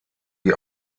die